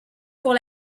pour